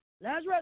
Lazarus